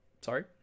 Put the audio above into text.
Sorry